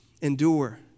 endure